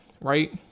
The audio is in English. right